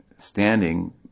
standing